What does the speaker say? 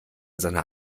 seiner